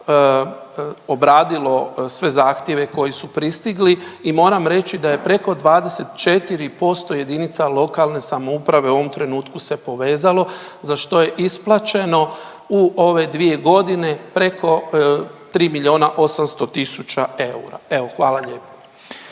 obradilo sve zahtjeve koji su pristigli. I moram reći da je preko 24% jedinica lokalne samouprave u ovom trenutku se povezalo za što je isplaćeno u ove dvije godine preko tri milijuna 800 000 eura. Evo hvala lijepo.